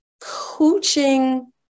coaching